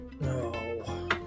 No